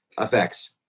effects